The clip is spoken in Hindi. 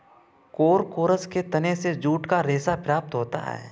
कोरकोरस के तने से जूट का रेशा प्राप्त होता है